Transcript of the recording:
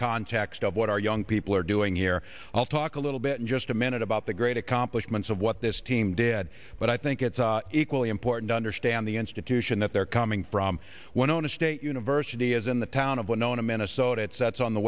context of what our young people are doing here i'll talk a little bit just a minute about the great accomplishments of what this team did but i think it's equally important to understand the institution that they're coming from when on a state university as in the town of well known in minnesota it's that's on the